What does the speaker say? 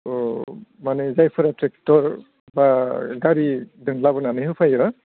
औ मानि जायफोरा ट्रेक्टर बा गारिजों लाबोनानै होफायो